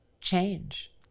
change